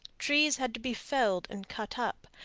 trees had to be felled and cut up,